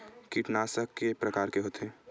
कीटनाशक के प्रकार के होथे?